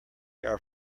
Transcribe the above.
our